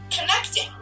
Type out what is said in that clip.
connecting